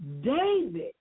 David